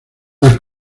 las